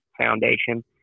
foundation